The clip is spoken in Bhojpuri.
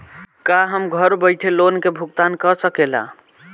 का हम घर बईठे लोन के भुगतान के शकेला?